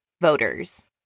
voters